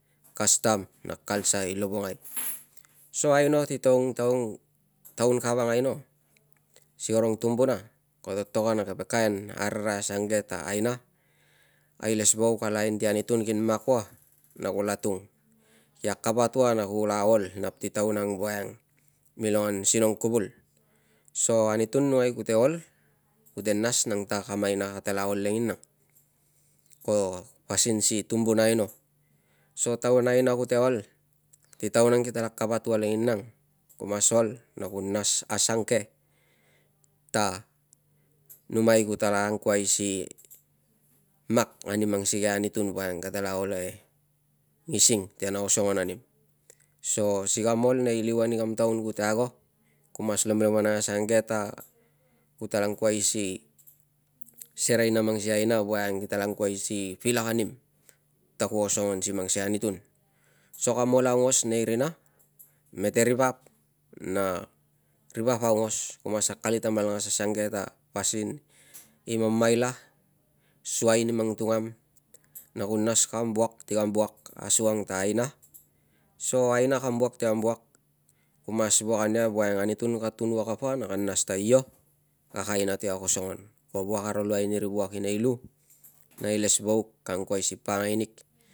Kastam na culture i lovongai so aino si taun kavang aino si karung tumbuna koto toron a keve kaen arangai asage ta aina a iles vuak a laen si antun ki akavat ua na ku la ol nap si taun ang milong ia sinong kuvul so anutun kutela ol kute nas nang ta kam aina nang kate la ol ko pasin si tumbuna aino so taun a aina kote ol si taun kitala akavap ua lenginang ku mas ol na ku nas asunge ta nimai kotala nap si mak ani mang sika a anutun vai katela ol e ngesing ti kana osongon anim so si kam ol nei livan i kam ago ku mas lomlomonai asange ta kutala angkuai si serei a mang sikei a aina vaiang kitala pelak anim ta ku asongon si mang sikei a anutun so kam ol aungos nei rina mete ri vap na ri vapaungos mas akalit amalangas ta pasin mamaila suai ni mang tungam n ku nas kam vuak si vuak vuak ania kapa na anutun ka tun va kapa na ka mas ta io kag aina ti kag osongon na iles vuak kang kuai si pakangai nig.